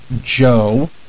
Joe